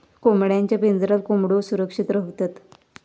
कोंबड्यांच्या पिंजऱ्यात कोंबड्यो सुरक्षित रव्हतत